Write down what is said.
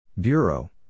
Bureau